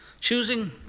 Choosing